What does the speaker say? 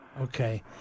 Okay